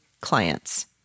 clients